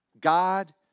God